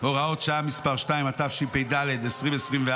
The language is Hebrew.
(הוראת שעה) (מס' 2), התשפ"ד 2024,